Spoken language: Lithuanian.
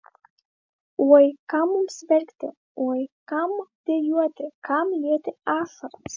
oi kam mums verkti oi kam dejuoti kam lieti ašaras